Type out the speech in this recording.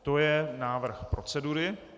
To je návrh procedury.